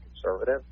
conservative